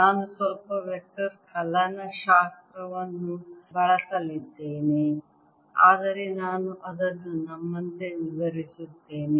ನಾನು ಸ್ವಲ್ಪ ವೆಕ್ಟರ್ ಕಲನಶಾಸ್ತ್ರವನ್ನು ಬಳಸಲಿದ್ದೇನೆ ಆದರೆ ನಾನು ಅದನ್ನು ನಮ್ಮಂತೆ ವಿವರಿಸುತ್ತೇನೆ